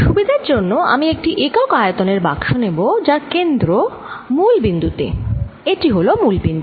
সুবিধার জন্য আমি একটি একক আয়তনের বাক্স নেব যার কেন্দ্র মূল বিন্দু তে এটি হল মূল বিন্দু